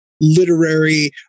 literary